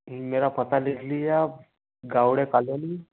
मेरा पता लिख लिए आप गावड़े कालोनी